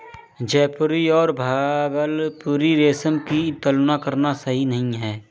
जयपुरी और भागलपुरी रेशम की तुलना करना सही नही है